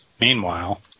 Meanwhile